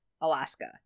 Alaska